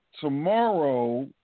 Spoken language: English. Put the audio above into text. Tomorrow